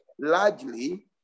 largely